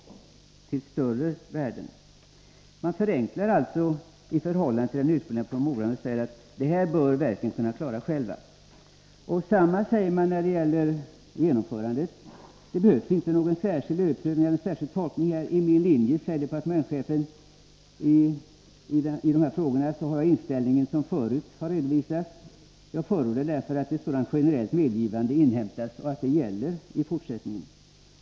Departementschefen förenklar alltså i förhållande till den ursprungliga promemorian och säger att detta bör verken kunna klara själva. Det behövs inte någon särskild överprövning eller särskild tolkning. Departementschefen skriver: ”Tlinje med den inställning som jag förut har redovisat förordar jag därför att ett sådant generellt medgivande inhämtas.” Detta skall alltså gälla i fortsättningen.